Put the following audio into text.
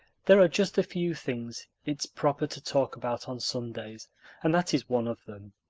there are just a few things it's proper to talk about on sundays and that is one of them.